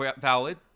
valid